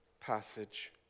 passage